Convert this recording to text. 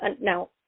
Now